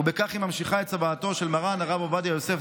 ובכך היא ממשיכה את צוואתו של מרן הרב עובדיה יוסף,